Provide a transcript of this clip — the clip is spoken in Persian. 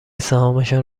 سهامشان